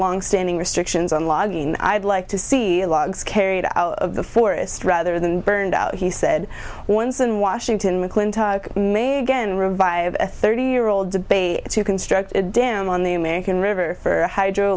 longstanding restrictions on logging i'd like to see the logs carried out of the forest rather than burned out he said once in washington mcclintock megan revived a thirty year old debate to construct a dam on the american river for